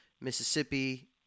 Mississippi